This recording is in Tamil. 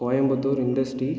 கோயம்பத்தூர் இண்டஸ்ட்ரி